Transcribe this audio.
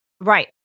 right